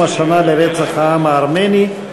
אנחנו עוברים לנושא הבא בסדר-היום: ציון יום השנה לרצח העם הארמני.